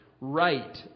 right